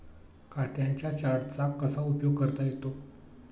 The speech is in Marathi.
खात्यांच्या चार्टचा कसा उपयोग करता येतो?